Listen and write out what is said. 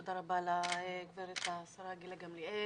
תודה רבה לשרה גילה גמליאל.